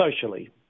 socially